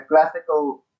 classical